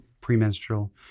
premenstrual